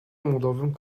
مداوم